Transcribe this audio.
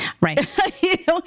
Right